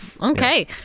Okay